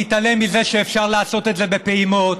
להתעלם מזה שאפשר לעשות את זה בפעימות,